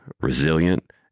resilient